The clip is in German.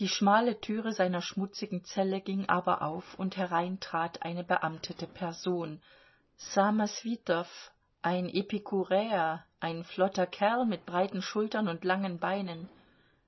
die schmale türe seiner schmutzigen zelle ging aber auf und herein trat eine beamtete person ssamoswitow ein epikuräer ein flotter kerl mit breiten schultern und langen beinen